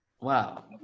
Wow